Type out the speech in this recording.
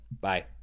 bye